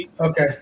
Okay